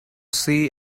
see